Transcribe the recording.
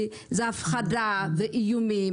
כי זו הפחדה ואיומים,